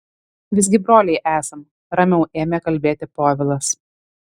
visgi broliai esam ramiau ėmė kalbėti povilas